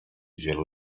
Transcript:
wielu